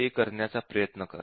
ते करण्याचा प्रयत्न करा